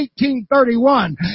18:31